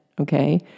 okay